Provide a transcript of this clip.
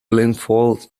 blindfold